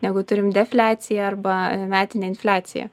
negu turim defliaciją arba metinę infliaciją